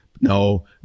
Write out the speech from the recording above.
No